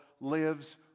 lives